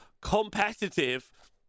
competitive